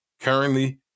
Currently